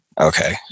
Okay